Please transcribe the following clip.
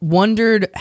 wondered